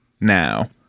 now